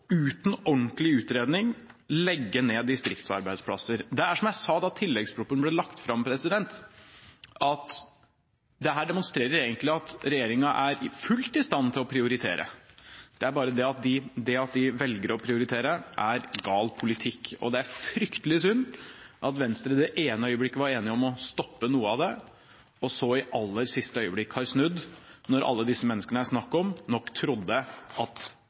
uten ordentlig utredning, legge ned distriktsarbeidsplasser. Som jeg sa da tilleggsproposisjonen ble lagt fram, demonstrerer dette egentlig at regjeringen er fullt i stand til å prioritere, det er bare det at det den velger å prioritere, er gal politikk. Det er fryktelig synd at Venstre i det ene øyeblikket var enig om å stoppe noe av det, og så i aller siste øyeblikk har snudd, når alle disse menneskene det er snakk om, nok trodde at